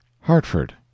Hartford